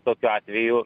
tokiu atveju